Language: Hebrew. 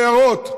עיירות,